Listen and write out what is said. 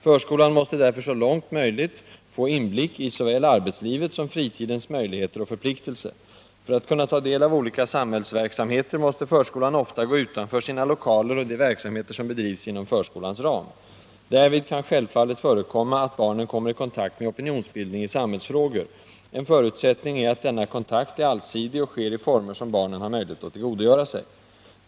Förskolan måste därför så långt möjligt få inblick i såväl arbetslivets som fritidens möjligheter och förpliktelser. För att kunna ta del av olika samhällsverksamheter måste förskolan ofta gå utanför sina lokaler och de verksamheter som bedrivs inom förskolans ram. Därvid kan självfallet förekomma att barnen kommer i kontakt med opinionsbildning i samhällsfrågor. En förutsättning är att denna kontakt är allsidig och sker i former som barnen har möjligheter att tillgodogöra sig.